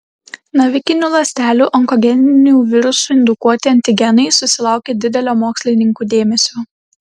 navikinių ląstelių onkogeninių virusų indukuoti antigenai susilaukė didelio mokslininkų dėmesio